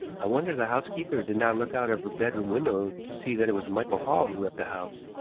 i wonder the housekeeper did not look out of her bedroom window to see that it was michael hall who left the house,